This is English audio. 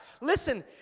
listen